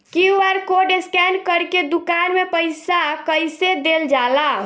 QR code scan करके दुकान में पईसा कइसे देल जाला?